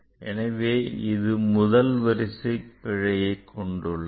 எனவே இது முதல் வரிசை பிழையை கொண்டுள்ளது